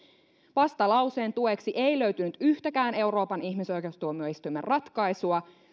vastalauseen tueksi ei löytynyt yhtäkään euroopan ihmisoikeustuomioistuimen ratkaisua